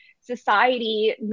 society